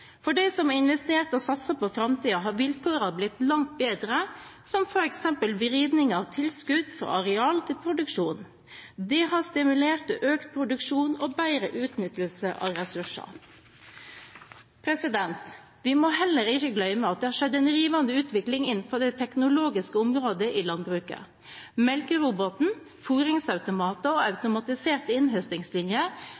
da de som hadde investert i nye fjøs og driftsapparater, hadde det vanskelig økonomisk. For dem som har investert og satser på framtiden, har vilkårene blitt langt bedre, som f.eks. vridningen av tilskudd fra areal til produksjon. Det har stimulert til økt produksjon og bedre utnyttelse av ressurser. Vi må heller ikke glemme at det har skjedd en rivende utvikling innenfor det teknologiske området i landbruket. Melkeroboten,